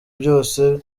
byose